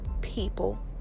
people